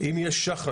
אם יש שח"ם,